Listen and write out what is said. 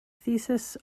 theseus